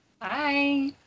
bye